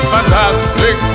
Fantastic